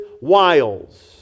wiles